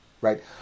right